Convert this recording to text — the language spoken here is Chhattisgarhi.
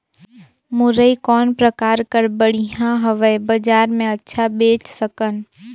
मुरई कौन प्रकार कर बढ़िया हवय? बजार मे अच्छा बेच सकन